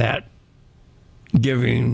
that giving